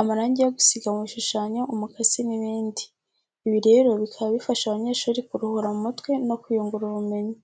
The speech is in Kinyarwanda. amarange yo gusiga mu bishushanyo, umukasi n'ibindi. Ibi rero bikaba bifasha abanyeshuri kuruhura mu mutwe no kwiyungura ubumenyi.